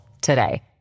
today